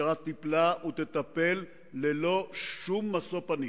המשטרה טיפלה ותטפל ללא שום משוא-פנים.